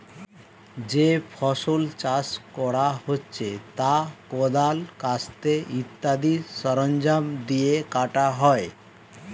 যে ফসল চাষ করা হচ্ছে তা কোদাল, কাস্তে ইত্যাদি সরঞ্জাম দিয়ে কাটা হয়